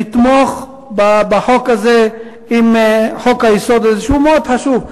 נתמוך בחוק הזה עם חוק-היסוד, שהוא מאוד חשוב.